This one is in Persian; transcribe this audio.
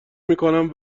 میکنم